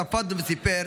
ספד לו וסיפר: